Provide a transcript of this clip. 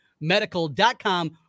medical.com